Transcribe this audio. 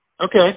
Okay